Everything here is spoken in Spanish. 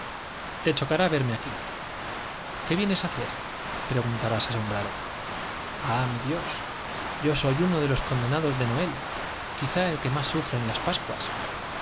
te chocará verme aquí qué vienes á hacer dios yo soy uno preguntarás asombrado i ah mi de los condenados de n oel quizás el que más sufre en las pascuas